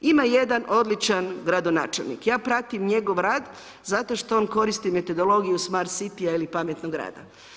Ima jedan odličan gradonačelnik, ja pratim njegov rad zato što on koristi metodologiju smart cityja ili pametnog grada.